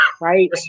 Right